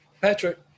Patrick